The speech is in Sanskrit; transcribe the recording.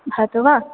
भवतु वा